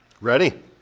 Ready